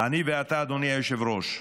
אני ואתה, אדוני היושב-ראש.